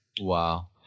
Wow